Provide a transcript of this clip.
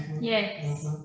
Yes